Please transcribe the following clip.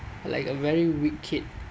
like a very wicked